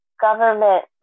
government